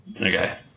Okay